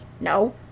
No